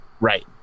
Right